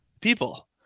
people